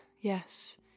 yes